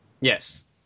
Yes